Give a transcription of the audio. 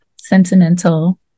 sentimental